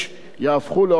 לשמחתי הרבה,